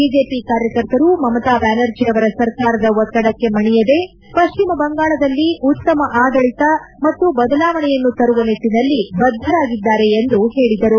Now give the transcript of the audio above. BJP ಕಾರ್ಯಕರ್ತರು ಮಮತಾ ಬ್ಯಾನರ್ಜಿ ಅವರ ಸರ್ಕಾರದ ಒತ್ತಡಕ್ಕೆ ಮಣಿಯದೇ ಪಶ್ವಿಮ ಬಂಗಾಳದಲ್ಲಿ ಉತ್ತಮ ಆಡಳಿತ ಮತ್ತು ಬದಲಾವಣೆಯನ್ನು ತರುವ ನಿಟ್ಟಿನಲ್ಲಿ ಬದ್ಧರಾಗಿದ್ದಾರೆ ಎಂದು ಹೇಳಿದರು